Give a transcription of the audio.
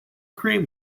cream